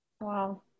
wow